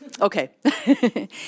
Okay